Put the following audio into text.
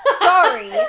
sorry